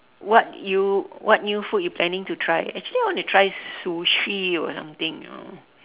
what you what new food you planning to try actually I want to try sushi or something you know